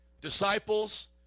disciples